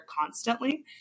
constantly